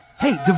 Hey